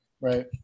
Right